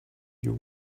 your